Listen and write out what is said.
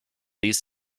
these